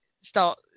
start